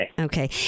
Okay